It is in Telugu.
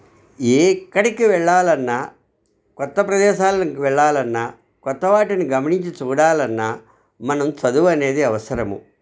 ఏక్కడికి వెళ్ళాలన్నా కొత్త ప్రదేశాలకు వెళ్ళాలన్నా కొత్త వాటిని గమనించి చూడాలన్నా మనం చదువు అనేది అవసరము